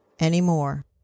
anymore